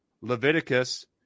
Leviticus